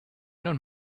don’t